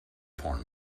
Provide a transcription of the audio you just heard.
porn